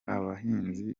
abahinzi